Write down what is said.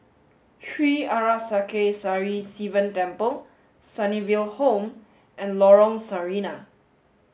Sri Arasakesari Sivan Temple Sunnyville Home and Lorong Sarina